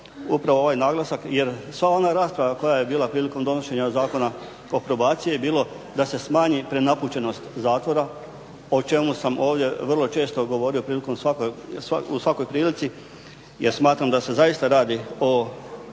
upravo ovaj naglasak, jer sva ona rasprava koja je bila prilikom donošenja Zakona o probaciji je bilo da se smanji prenapučenost zatvora o čemu sam ovdje vrlo često govorio u svakoj prilici jer smatram da se zaista radi o